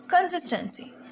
Consistency